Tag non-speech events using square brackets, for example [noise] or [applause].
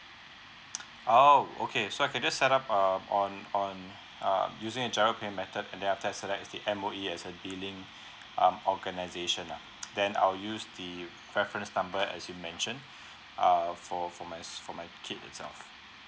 oh okay so I can just set uh on on um using a giro pay menthod and then after I select is the M_O_E as billing um organisation ah [noise] then I'll use the reference number as you mentioned err for for s~ for my kid itself